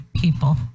people